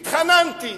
התחננתי,